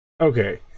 Okay